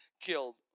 killed